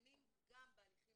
קטינים גם בהליכים